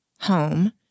home